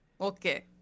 Okay